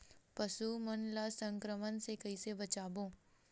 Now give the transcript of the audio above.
पशु मन ला संक्रमण से कइसे बचाबो?